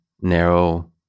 narrow